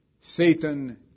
Satan